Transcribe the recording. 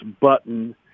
button